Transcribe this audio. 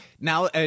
Now